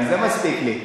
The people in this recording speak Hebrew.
גם זה מספיק לי.